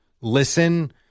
listen